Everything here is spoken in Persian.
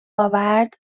آورد